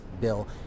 bill